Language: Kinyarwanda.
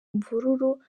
mvururu